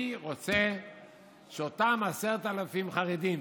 אני רוצה שאותם 10,000 חרדים